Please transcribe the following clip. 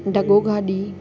ढगो गाॾी